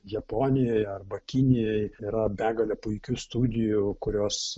japonijoj arba kinijoj yra begalė puikių studijų kurios